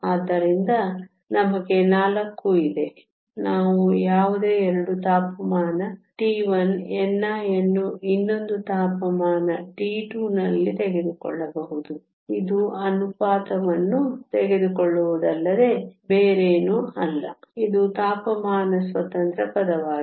ಆದ್ದರಿಂದ ನಮಗೆ 4 ಇದೆ ನಾವು ಯಾವುದೇ ಎರಡು ತಾಪಮಾನ T1 ni ಅನ್ನು ಇನ್ನೊಂದು ತಾಪಮಾನ T2 ನಲ್ಲಿ ತೆಗೆದುಕೊಳ್ಳಬಹುದು ಇದು ಅನುಪಾತವನ್ನು ತೆಗೆದುಕೊಳ್ಳುವುದಲ್ಲದೆ ಬೇರೇನೂ ಅಲ್ಲ ಇದು ತಾಪಮಾನ ಸ್ವತಂತ್ರ ಪದವಾಗಿದೆ